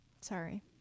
sorry